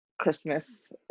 christmas